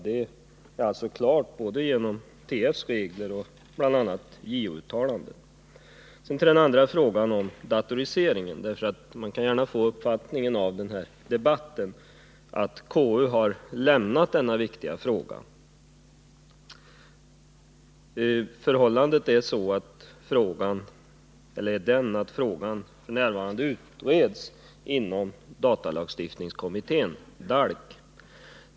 Det är alltså klart, både genom TF:s regler och bl.a. JO-uttalanden, hur myndigheterna bör tillämpa reglerna. ; Så till den andra frågan, den om datoriseringen. Av dagens debatt kan man lätt få uppfattningen att konstitutionsutskottet har lämnat denna viktiga fråga. Förhållandet är att frågan f. n. utreds inom datalagstiftningskommittén, DALK.